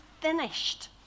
finished